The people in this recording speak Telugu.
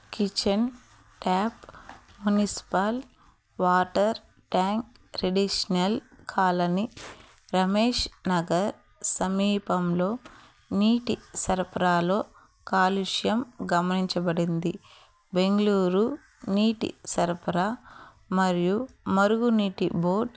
kitchen tap municipal water tank residential colony Ramesh Nagar సమీపంలో నీటి సరఫరాలో కాలుష్యం గమనించబడింది బెంగళూరు నీటి సరఫరా మరియు మురుగునీటి బోర్డ్